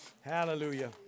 Hallelujah